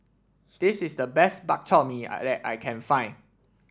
this is the best Bak Chor Mee I that I can find